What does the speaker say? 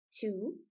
Two